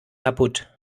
kaputt